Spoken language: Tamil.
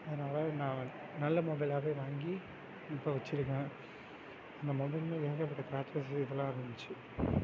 அதனால நான் நல்ல மொபைலாகவே வாங்கி இப்போ வச்சுருக்கேன் அந்த மொபைலில் ஏகப்பட்ட க்ராச்சஸு இதெல்லாம் இருந்துச்சு